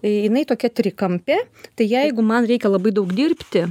jinai tokia trikampė tai jeigu man reikia labai daug dirbti